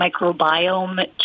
microbiome